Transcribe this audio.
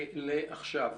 לעכשיו.